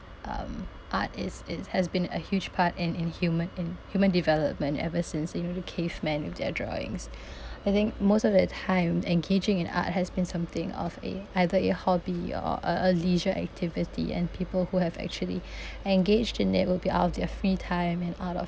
um art is is has been a huge part in in human in human development ever since even the cavemen with their drawings I think most of the time engaging in art has been something of a either a hobby or a leisure activity and people who have actually engaged in that will be out of their free time and out of